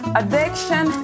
addiction